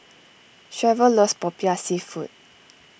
Cherryl loves Popiah Seafood